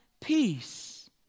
peace